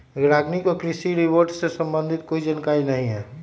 रागिनी को कृषि रोबोट से संबंधित कोई जानकारी नहीं है